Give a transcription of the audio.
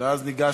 ואז ניגש